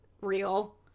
real